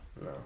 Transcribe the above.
No